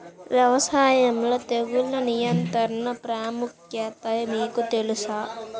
వ్యవసాయంలో తెగుళ్ల నియంత్రణ ప్రాముఖ్యత మీకు తెలుసా?